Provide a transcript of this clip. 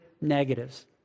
negatives